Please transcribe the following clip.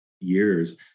years